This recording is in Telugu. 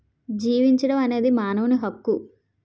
జీవించడం అనేది మానవుని హక్కు